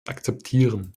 akzeptieren